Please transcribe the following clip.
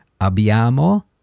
Abbiamo